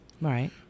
Right